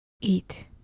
Eat